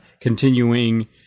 continuing